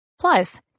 Plus